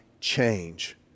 change